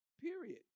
period